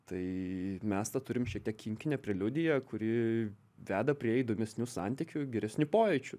tai mes tą turim šiek tiek kinkinę preliudiją kuri veda prie įdomesnių santykių geresnių pojūčių